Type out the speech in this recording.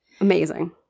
Amazing